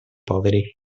poveri